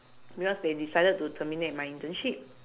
because they decided to terminate my internship